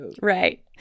right